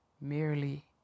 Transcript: merely